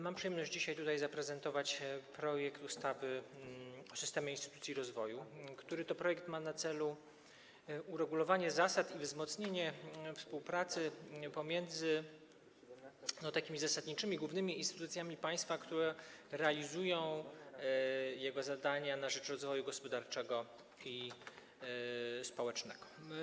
Mam przyjemność dzisiaj tutaj zaprezentować projekt ustawy o systemie instytucji rozwoju, który to projekt ma na celu uregulowanie zasad i wzmocnienie współpracy pomiędzy zasadniczymi, głównymi instytucjami państwa, które realizują jego zadania na rzecz rozwoju gospodarczego i społecznego.